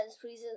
please